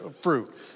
fruit